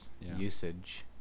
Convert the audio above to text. Usage